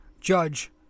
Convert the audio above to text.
Judge